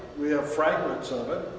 we have fragments of it,